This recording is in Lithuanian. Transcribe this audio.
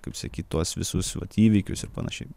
kaip sakyt tuos visus vat įvykius ir panašiai